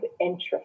interest